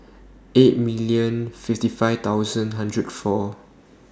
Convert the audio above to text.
eight million fifty five thousand hundred four